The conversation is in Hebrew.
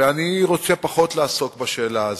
ואני רוצה פחות לעסוק בשאלה הזאת.